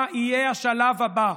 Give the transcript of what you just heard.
מה יהיה השלב הבא?